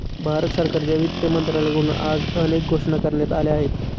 भारत सरकारच्या वित्त मंत्रालयाकडून आज अनेक घोषणा करण्यात आल्या आहेत